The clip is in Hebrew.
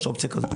יש אופציה כזו.